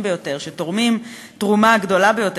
ביותר שתורמים את התרומה הגדולה ביותר,